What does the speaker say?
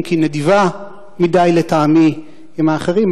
אם כי נדיבה מדי לטעמי עם האחרים.